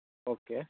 okay